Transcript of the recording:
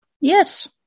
Yes